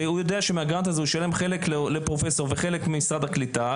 והוא יודע שמהגרנט הזה הוא ישלם חלק לפרופסור וחלק ממשרד הקליטה,